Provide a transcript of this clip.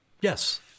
Yes